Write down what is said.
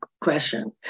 question